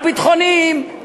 הביטחוניים,